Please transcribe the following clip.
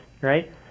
Right